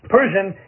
Persian